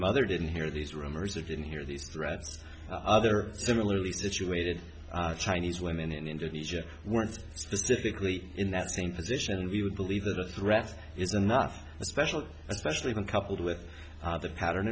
mother didn't hear these rumors or didn't hear these threats other similarly situated chinese women in indonesia weren't specifically in that same position and we would believe that a threat is enough especially especially when coupled with the pattern